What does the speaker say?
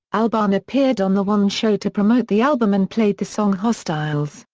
albarn appeared on the one show to promote the album and played the song hostiles,